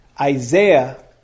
Isaiah